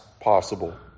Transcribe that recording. possible